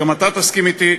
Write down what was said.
שגם אתה תסכים אתי,